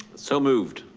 so moved.